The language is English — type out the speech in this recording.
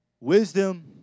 wisdom